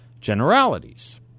generalities